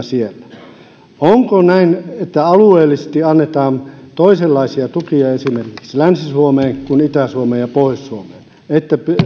siellä onko näin että alueellisesti annetaan toisenlaisia tukia esimerkiksi länsi suomeen kuin itä suomeen ja pohjois suomeen että